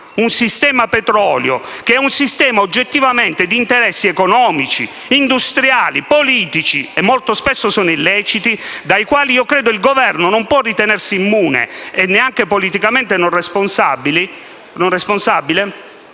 un sistema petrolio, che è oggettivamente un sistema di interessi economici, industriali, politici e molto spesso illeciti, dai quali il Governo non può ritenersi immune e neanche politicamente non responsabile